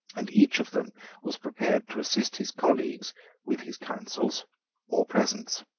and each of them was prepared to assist his colleagues with his counsels or presence.